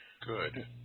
Good